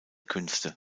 künste